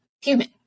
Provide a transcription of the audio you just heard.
human